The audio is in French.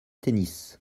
tennis